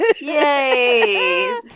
Yay